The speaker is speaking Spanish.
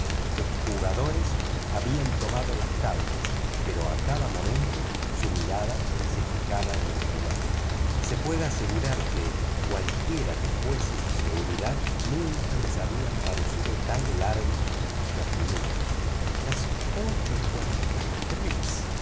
los jugadores habían tomado las cartas pero a cada momento su mirada se fijaba en el reloj se puede asegurar que cualquiera que fuese su seguridad nunca les habían parecido tan largos los minutos las ocho y cuarenta y tres